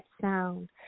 sound